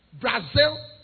Brazil